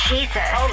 Jesus